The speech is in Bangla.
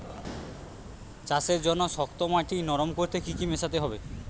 চাষের জন্য শক্ত মাটি নরম করতে কি কি মেশাতে হবে?